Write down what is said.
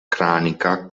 cranica